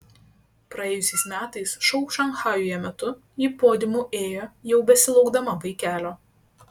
praėjusiais metais šou šanchajuje metu ji podiumu ėjo jau besilaukdama vaikelio